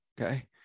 okay